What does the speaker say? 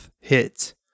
hit